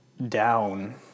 down